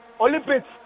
Olympics